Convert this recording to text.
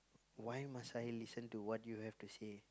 why must I listen to what you have to say